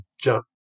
jump